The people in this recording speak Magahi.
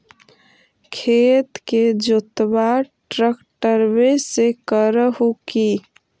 खेत के जोतबा ट्रकटर्बे से कर हू की?